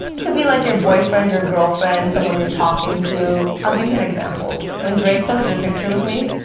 it could be like your boyfriend, your girlfriend, someone you're talking to. i'll give you an example. when drake posted a picture with me,